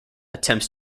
attempts